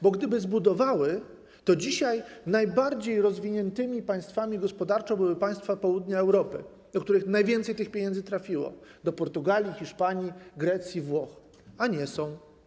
Bo gdyby zbudowały, to dzisiaj najbardziej rozwiniętymi państwami gospodarczo byłyby państwa południa Europy, do których najwięcej tych pieniędzy trafiło, do Portugalii, Hiszpanii, Grecji, Włoch - a nie są.